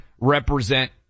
represent